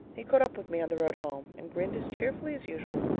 he caught up with me on the road home, and grinned as cheerfully as usual.